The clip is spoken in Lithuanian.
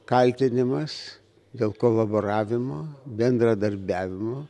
kaltinimas dėl kolaboravimo bendradarbiavimo